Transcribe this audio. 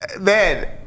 man